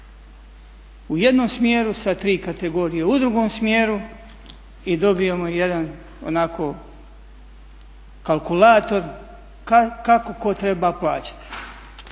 u jednom smjeru, sa tri kategorije u drugom smjeru i dobijemo jedan onako kalkulator kako ko treba plaćati.